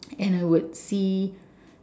and I would see